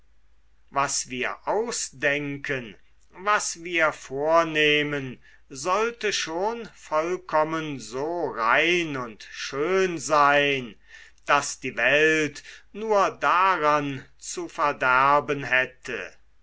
was wir ausdenken was wir vornehmen sollte schon vollkommen so rein und schön sein daß die welt nur daran zu verderben hätte